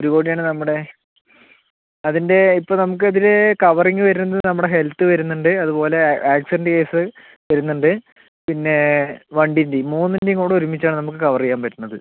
ഒരു കോടി ആണ് നമ്മുടെ അതിൻ്റെ ഇപ്പം നമുക്ക് ഇതില് കവറിംഗ് വരുന്നത് നമ്മുടെ ഹെൽത്ത് വരുന്നുണ്ട് അതുപോലെ ആക്സിഡൻറ്റ് കേസ് വരുന്നുണ്ട് നമ്മക്ക് കവറ് ചെയ്യാൻ പറ്റണത്